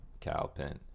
Calpin